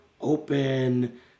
open